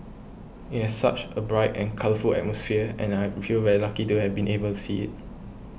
it has such a bright and colourful atmosphere and I feel very lucky to have been able to see it